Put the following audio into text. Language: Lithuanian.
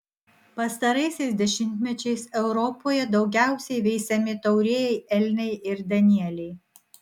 pastaraisiais dešimtmečiais europoje daugiausiai veisiami taurieji elniai ir danieliai